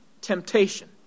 temptation